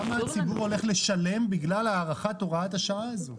כמה הציבור הולך לשלם בגלל הארכת הוראת השעה הזו?